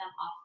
off